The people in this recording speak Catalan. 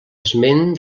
esment